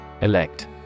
Elect